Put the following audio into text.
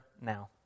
now